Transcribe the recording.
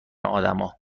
آدما